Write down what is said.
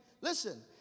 Listen